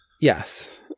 Yes